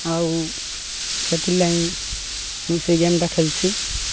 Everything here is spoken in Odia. ଆଉ ସେଥିର୍ ଲାଗି ମୁଁ ସେଇ ଗେମ୍ଟା ଖେଲ୍ସି